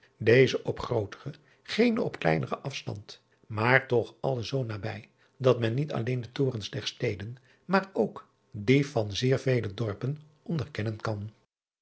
deze op grooteren gene op kleineren afstand maar toch alle zoo nabij dat men niet alleen de torens der steden driaan oosjes zn et leven van illegonda uisman maar ook die van zeer vele dorpen onderkennen kan